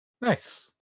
Nice